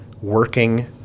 working